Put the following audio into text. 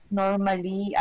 normally